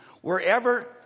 wherever